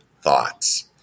thoughts